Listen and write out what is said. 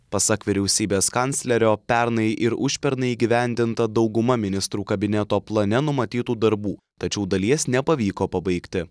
pasak vyriausybės kanclerio pernai ir užpernai įgyvendinta dauguma ministrų kabineto plane numatytų darbų tačiau dalies nepavyko pabaigti